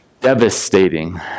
devastating